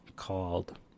Called